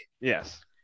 Yes